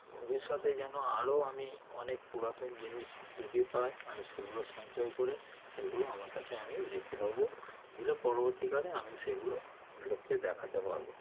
ভবিষ্যতে যেন আরও আমি অনেক পুরাতন জিনিস যদি পাই আমি সেগুলো সঞ্চয় করে সেগুলো আমার কাছে আমি রেখে দেব দিলে পরবর্তীকালে আমি সেগুলো লোককে দেখাতে পারব